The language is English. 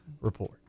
Report